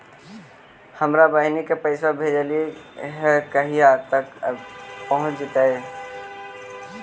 हमरा बहिन के पैसा भेजेलियै है कहिया तक पहुँच जैतै?